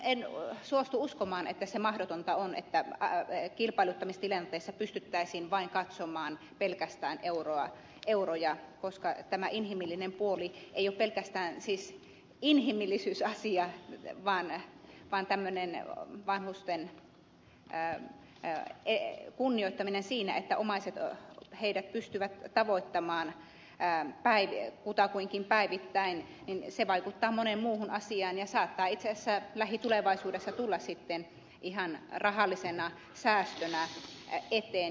en suostu uskomaan että se mahdollista on että kilpailuttamistilanteessa pystyttäisiin katsomaan pelkästään euroja koska tämä inhimillinen puoli ei ole siis pelkästään inhimillisyysasia vaan tämmöinen vanhusten kunnioittaminen siinä että omaiset heidät pystyvät tavoittamaan kutakuinkin päivittäin vaikuttaa moneen muuhun asiaan ja saattaa itse asiassa lähitulevaisuudessa tulla sitten ihan rahallisena säästönä eteen